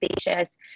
spacious